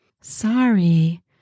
Sorry